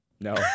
No